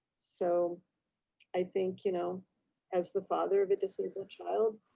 so i think, you know as the father of a disabled child,